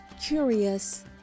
Curious